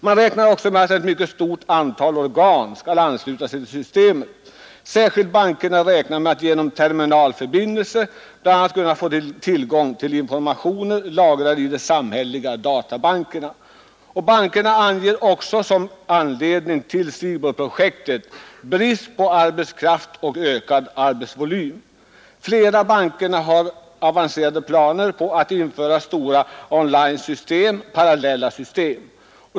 Man räknar också med att ett mycket stort antal organ skall ansluta sig till systemet. Särskilt bankerna räknar med att genom terminalförbindelse bland annat kunna få tillgång till informationer lagrade i de samhälleliga databankerna. Bankerna anger också som anledning till SIBOL-projektet brist på arbetskraft och ökad arbetsvolym. Flera banker har avancerade planer på att införa stora on-linesystem, parallellsystem.